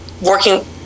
Working